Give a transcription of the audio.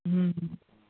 ਹਮ